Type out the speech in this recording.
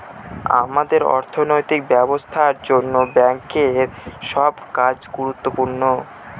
আমাদের অর্থনৈতিক ব্যবস্থার জন্য ব্যাঙ্কের সব কাজ গুরুত্বপূর্ণ